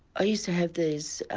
i used to have these ah